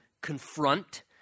confront